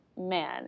man